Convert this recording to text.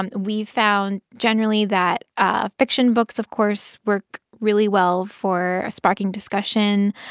um we've found, generally, that ah fiction books, of course, work really well for sparking discussion.